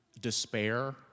despair